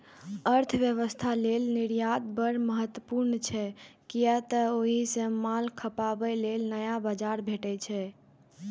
अर्थव्यवस्था लेल निर्यात बड़ महत्वपूर्ण छै, कियै तं ओइ सं माल खपाबे लेल नया बाजार भेटै छै